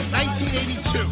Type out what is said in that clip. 1982